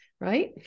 right